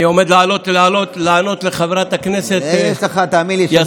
אני עומד לענות לחברת הכנסת יסמין,